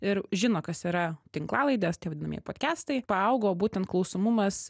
ir žino kas yra tinklalaidės tie vadinamieji podcastai paaugo būtent klausomumas